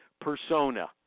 persona